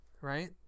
Right